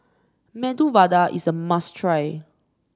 Medu Vada is a must try